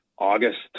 August